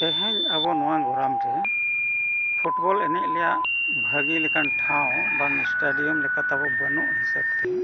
ᱛᱮᱦᱮᱸᱧ ᱟᱵᱚ ᱱᱚᱣᱟ ᱜᱚᱨᱟᱢ ᱨᱮ ᱯᱷᱩᱴᱵᱚᱞ ᱮᱱᱮᱡ ᱨᱮᱱᱟᱜ ᱵᱷᱟᱹᱜᱤ ᱞᱮᱠᱟᱱ ᱴᱷᱟᱶ ᱵᱟᱝ ᱥᱴᱮᱰᱤᱭᱟᱢ ᱞᱮᱠᱟ ᱛᱟᱵᱚ ᱵᱟᱹᱱᱩᱜ ᱦᱤᱥᱟᱹᱵᱽ ᱛᱮ